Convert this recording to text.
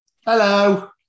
Hello